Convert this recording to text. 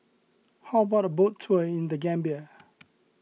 how about a boat tour in the Gambia